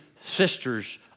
sisters